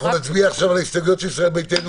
ההסתייגויות של ישראל ביתנו,